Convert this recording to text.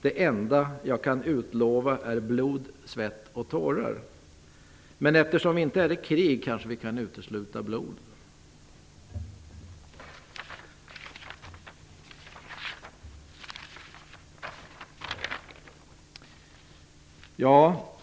Det enda jag kan utlova är blod, svett och tårar. Eftersom vi inte är i krig kanske vi kan utesluta blod. Herr talman!